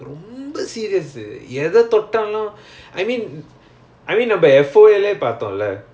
okay ரொம்ப:romba serious ah I thought in the in the